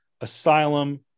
Asylum